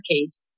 case